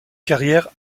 carrière